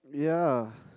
yeah